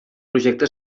projecte